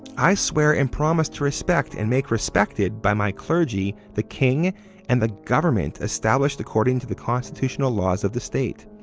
i swear and promise to respect and make respected by my clergy the king and the government established according to the constitutional laws of the state.